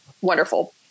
wonderful